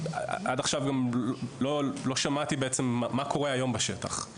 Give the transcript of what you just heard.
עד עכשיו בעצם גם לא שמעתי מה קורה היום בשטח,